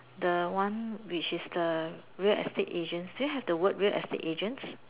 the one which is the real estate agents do you have the word real estate agents